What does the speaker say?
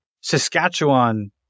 Saskatchewan